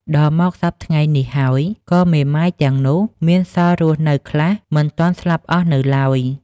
ដល់មកសព្វថ្ងៃនេះហើយ ក៏មេម៉ាយទាំងនោះ មានសល់រស់នៅខ្លះ មិនទាន់ស្លាប់អស់នៅឡើយ ។